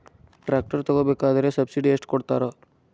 Tractor ತಗೋಬೇಕಾದ್ರೆ subsidy ಎಷ್ಟು ಕೊಡ್ತಾರ?